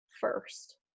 first